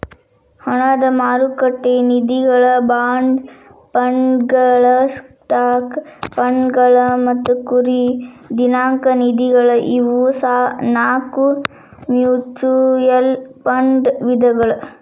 ಹಣದ ಮಾರುಕಟ್ಟೆ ನಿಧಿಗಳ ಬಾಂಡ್ ಫಂಡ್ಗಳ ಸ್ಟಾಕ್ ಫಂಡ್ಗಳ ಮತ್ತ ಗುರಿ ದಿನಾಂಕ ನಿಧಿಗಳ ಇವು ನಾಕು ಮ್ಯೂಚುಯಲ್ ಫಂಡ್ ವಿಧಗಳ